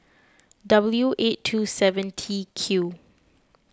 W eight two seven T Q